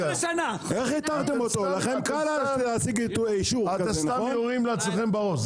אתם סתם יורים לעצמכם בראש,